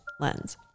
lens